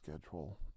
schedule